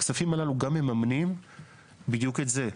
הכספים הללו גם מממנים בדיוק את זה,